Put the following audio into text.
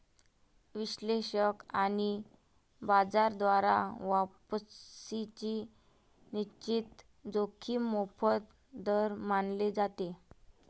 विश्लेषक आणि बाजार द्वारा वापसीची निश्चित जोखीम मोफत दर मानले जाते